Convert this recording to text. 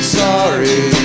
sorry